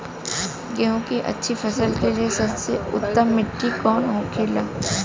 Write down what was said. गेहूँ की अच्छी फसल के लिए सबसे उत्तम मिट्टी कौन होखे ला?